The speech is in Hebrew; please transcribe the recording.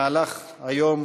במהלך היום